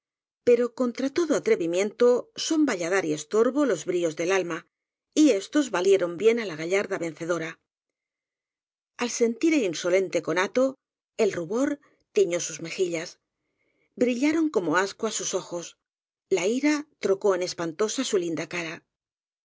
pero contra todo atre vimiento son valladar y estorbo los bríos del alma y éstos valieron bien á la gallarda vencedora al sentir el insolente conato el rubor tiñó sus mejillas brillaron como ascuas sus ojos la ira tro có en espantosa su linda cara